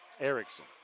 Erickson